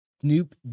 Snoop